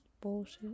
bullshit